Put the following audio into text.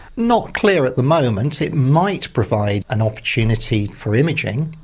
not clear at the moment. it might provide an opportunity for imaging,